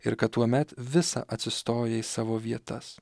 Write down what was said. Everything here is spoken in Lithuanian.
ir kad tuomet visa atsistoja į savo vietas